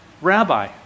rabbi